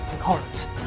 Cards